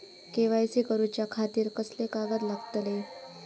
KYC करूच्या खातिर कसले कागद लागतले?